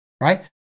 right